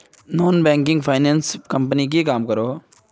Non banking finance company की काम करोहो?